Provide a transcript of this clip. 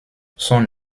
son